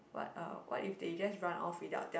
what uh what if they just run off without their